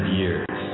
years